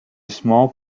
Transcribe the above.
small